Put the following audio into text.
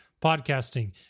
podcasting